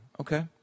Okay